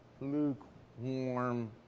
lukewarm